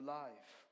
life